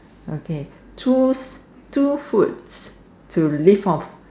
okay choose two foods to live off